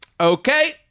okay